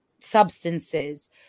substances